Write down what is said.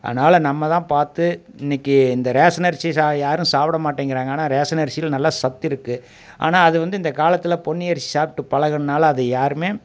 அதனால் நம்மதான் பார்த்து இன்னைக்கி இந்த ரேஷன் அரிசி யாரும் சாப்பிட மாட்டேங்கிறாங்க ஆனால் ரேஷன் அரிசியில் நல்ல சத்திருக்கு ஆனால் அது வந்து இந்த காலத்தில் பொன்னியரிசி சாப்பிட்டு பழகுனதுனால அது யாரும்